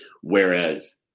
whereas